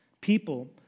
people